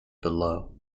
below